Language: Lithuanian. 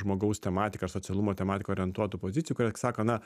žmogaus tematiką ar socialumo tematiką orientuotų pozicijų kurie sako na